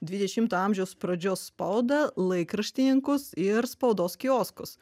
dvidešimto amžiaus pradžios spaudą laikraštininkus ir spaudos kioskus